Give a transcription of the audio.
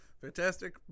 Fantastic